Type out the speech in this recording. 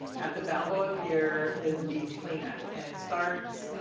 at the balboa pier is the beach cleanup and it starts,